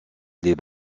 les